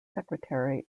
secretary